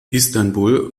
istanbul